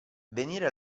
venire